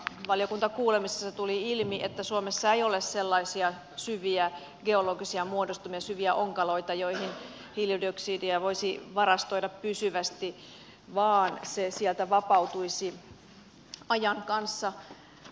valiokuntakuulemisissa tuli ilmi että suomessa ei ole sellaisia syviä geologisia muodostumia syviä onkaloita joihin hiilidioksidia voisi varastoida pysyvästi vaan se sieltä vapautuisi ajan kanssa